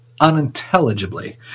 unintelligibly